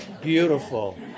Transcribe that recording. Beautiful